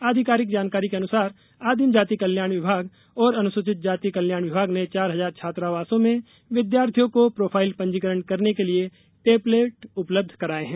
आधिकारिक जानकारी के अनुसार आदिम जाति कल्याण विभाग और अनुसूचित जाति कल्याण विभाग ने चार हजार छात्रावासों में विद्यार्थियों का प्रोफाइल पंजीकरण करने के लिये टेबलेट उपलब्ध कराये हैं